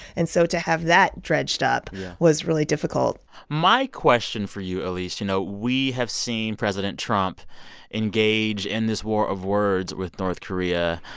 and so to have that dredged up was really difficult my question for you, elise you know, we have seen president trump engage in this war of words with north korea.